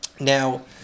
Now